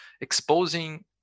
exposing